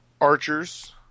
archers